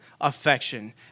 affection